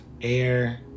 air